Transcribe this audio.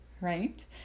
right